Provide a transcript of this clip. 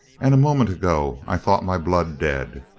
and a moment ago i thought my blood dead!